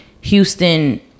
Houston